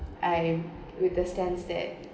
I with the stance that